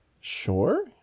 Sure